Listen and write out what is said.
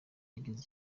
ageze